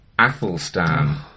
Athelstan